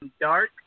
Dark